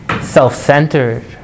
self-centered